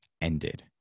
ended